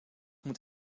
moet